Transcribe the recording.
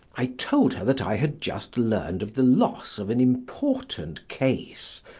i told her that i had just learned of the loss of an important case,